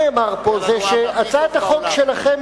אבל מה שנאמר פה זה שהצעת החוק שלכם,